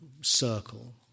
circle